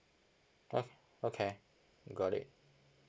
okay okay got it